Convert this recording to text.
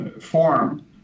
form